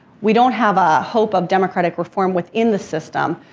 we don't have a hope of democratic reform within the system.